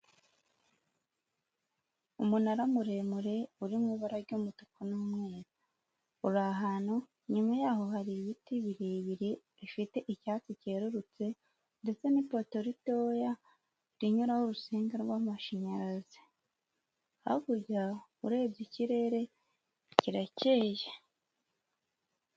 Umunara muremure, uri mu ibara ry'umutuku n'umweru, uri ahantu, inyuma yaho hari ibiti birebire bifite icyatsi cyerurutse ndetse n'ipoto ritoya, rinyuraho urutsinga rw'amashanyarazi, hakurya urebye ikirere kirakeye.